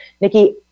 Nikki